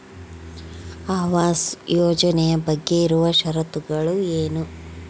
ಆವಾಸ್ ಯೋಜನೆ ಬಗ್ಗೆ ಇರುವ ಶರತ್ತುಗಳು ಏನು?